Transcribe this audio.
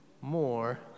more